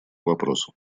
вопросу